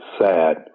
sad